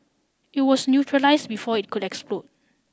it was neutralise before it could explode